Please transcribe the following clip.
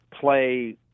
play